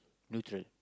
neutral